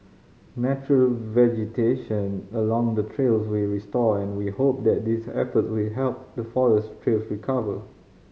natural vegetation along the trails will restored and we hope that these efforts will help the forest trails recover